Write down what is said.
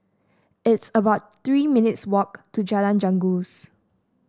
it's about Three minutes' walk to Jalan Janggus